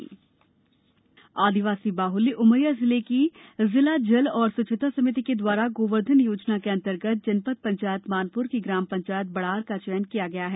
आदिवासी बाहल्य आदिवासी बाहल्य उमरिया जिले की जिला जल और स्वच्छता समिति के द्वारा गोवर्धन योजना के अंतर्गत जनपद पंचायत मानपुर की ग्राम पंचायत बड़ार का चयन किया गया है